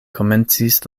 komencis